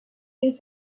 use